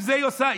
עם זה היא עושה,